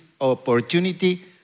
opportunity